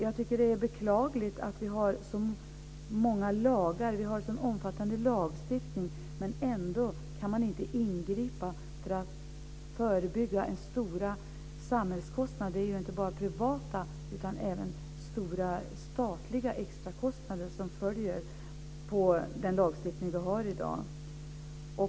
Jag tycker att det är beklagligt att vi har så många lagar och en så omfattande lagstiftning men ändå inte kan ingripa för att förebygga stora samhällskostnader. Det är ju inte bara privata utan även stora statliga extrakostnader som följer på den lagstiftning som vi har i dag.